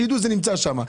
שידעו שזה נמצא שם.